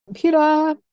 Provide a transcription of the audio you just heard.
computer